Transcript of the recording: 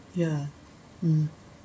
yeah um um